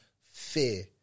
Fear